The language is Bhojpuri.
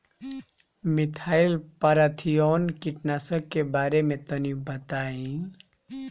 मिथाइल पाराथीऑन कीटनाशक के बारे में तनि बताई?